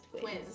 Twins